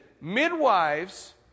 midwives